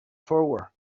forward